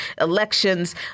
elections